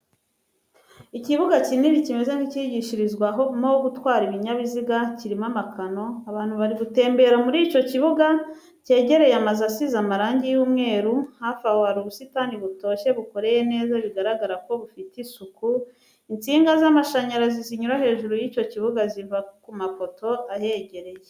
Ikibuga kinini kimeze nk'icyigishirizwamo gutwara ibinyabiziga harimo amakona, abantu bari gutembera muri icyo kibuga, cyegereye amazu asize amarangi y'umweru, hafi aho hari ubusitani butoshye bukoreye neza bigaragara ko bufite isuku, insinga z'amashanyarazi zinyura hejuru y'icyo kibuga ziva ku mapoto ahegereye.